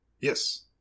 Yes